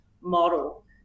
model